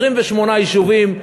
28 יישובים,